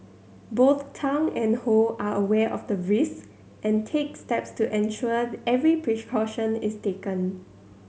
both Tang and Ho are aware of the risk and take steps to ensure the every precaution is taken